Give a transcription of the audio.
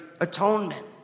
atonement